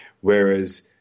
Whereas